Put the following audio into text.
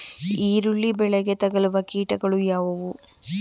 ಈರುಳ್ಳಿ ಬೆಳೆಗೆ ತಗಲುವ ಕೀಟಗಳು ಯಾವುವು?